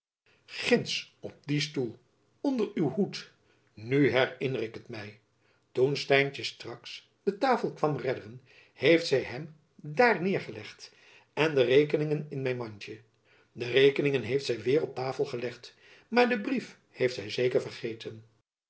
ginds op dien stoel onder uw hoed nu herinner ik het my toen stijntjen straks de tafel kwam redderen heeft zy hem daar neêrgelegd en de rekeningen in mijn mandtjen de rekeningen heeft zy weêr op de tafel gelegd maar den brief heeft zy zeker vergeten